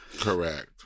Correct